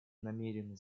намерены